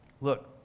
Look